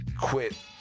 Quit